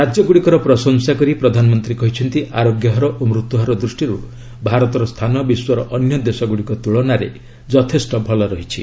ରାଜ୍ୟଗୁଡ଼ିକର ପ୍ରଶଂସା କରି ପ୍ରଧାନମନ୍ତ୍ରୀ କହିଛନ୍ତି ଆରୋଗ୍ୟ ହାର ଓ ମୃତ୍ୟୁ ହାର ଦୂଷ୍ଟିରୁ ଭାରତର ସ୍ଥାନ ବିଶ୍ୱର ଅନ୍ୟ ଦେଶଗୁଡ଼ିକ ତୁଳନାରେ ଯଥେଷ୍ଟ ଭଲ ରହିଛି